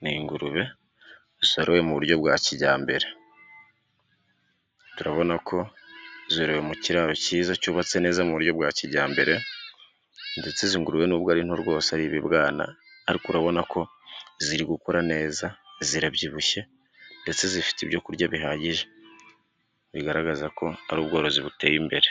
ni ingurube zorowe mu buryo bwa kijyambere. turabona ko zororowe mu kiraro cyubatse neza mu buryo bwa kijyambere, ndetse izi ngurube nubwo ari nto rwose, ari ibibwana, ariko urabona ko ziri gukura neza, zirabyibushye, ndetse zifite ibyo kurya bihagije. Bigaragaza ko ari ubworozi buteye imbere.